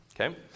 okay